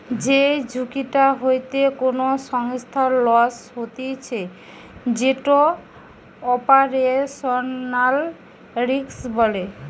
যেই ঝুঁকিটা হইতে কোনো সংস্থার লস হতিছে যেটো অপারেশনাল রিস্ক বলে